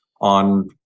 on